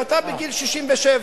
ואתה בגיל 67,